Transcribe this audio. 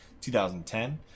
2010